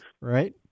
Right